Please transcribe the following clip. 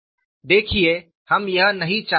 देखिए हम यह नहीं चाहते थे